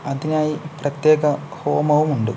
അതിനായി പ്രത്യേക ഹോമവുമുണ്ട്